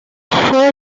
fue